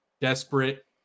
desperate